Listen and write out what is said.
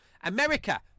America